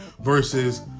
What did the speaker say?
versus